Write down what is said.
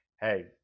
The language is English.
hey